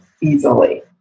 easily